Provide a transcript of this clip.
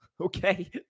okay